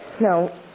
No